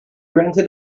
rented